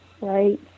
right